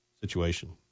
situation